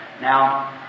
Now